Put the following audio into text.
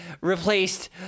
replaced